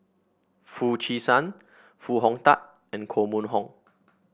Foo Chee San Foo Hong Tatt and Koh Mun Hong